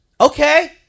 Okay